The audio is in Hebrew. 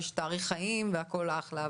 ושתאריך חיים והכול אחלה.